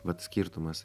vat skirtumas